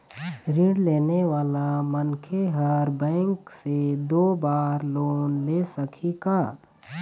ऋण लेने वाला मनखे हर बैंक से दो बार लोन ले सकही का?